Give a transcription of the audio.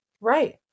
Right